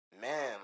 man